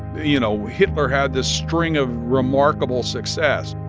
you know, hitler had this string of remarkable success